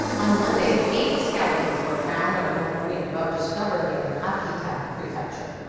on monday eight skeletons were found on a north korean boat discovered near akita prefecture.